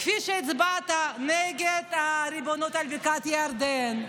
כפי שהצבעת נגד הריבונות על בקעת הירדן,